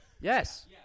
Yes